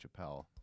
Chappelle